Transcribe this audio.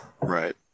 right